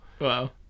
wow